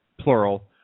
plural